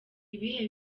ibihe